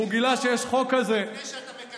והוא גילה -- אז כדאי שתבדוק לפני שאתה מקשקש.